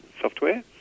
software